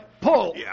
pull